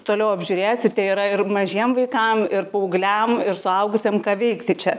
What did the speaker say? toliau apžiūrėsite yra ir mažiem vaikam ir paaugliam ir suaugusiem ką veikti čia